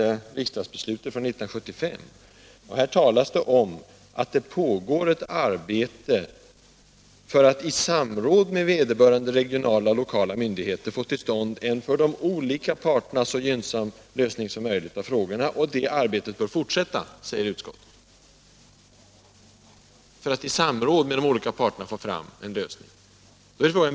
I trafikutskottets betänkande nr 8 år 1975 skriver utskottet följande: ”Sedan åtskilliga år tillbaka pågår därför ett omfattande och komplicerat utredningsoch förhandlingsarbete för att i samråd med vederbörande regionala och lokala myndigheter m.fl. få till stånd en för de olika parterna så gynnsam lösning som möjligt av frågorna.” Utskottet säger att detta samråd med de olika parterna för att få fram en lösning bör fortsätta.